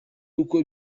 uko